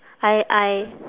I I